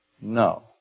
No